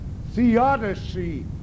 theodicy